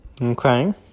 Okay